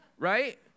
Right